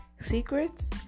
Secrets